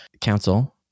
council